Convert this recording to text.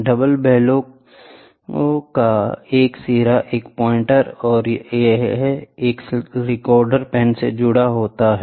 double bellow का एक सिरा एक पॉइंटर या एक रिकॉर्डर पेन से जुड़ा होता है